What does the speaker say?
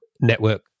network